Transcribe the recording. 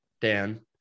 Dan